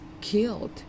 killed